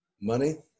Money